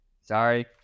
sorry